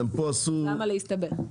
למה להסתבך.